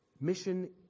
mission